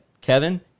Kevin